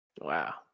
Wow